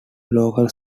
local